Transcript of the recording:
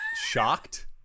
shocked